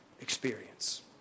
experience